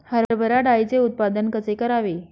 हरभरा डाळीचे उत्पादन कसे करावे?